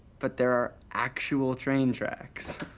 but there are actual train tracks.